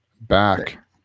back